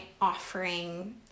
offering